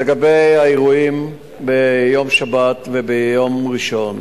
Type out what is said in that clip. לגבי האירועים ביום שבת וביום ראשון,